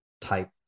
type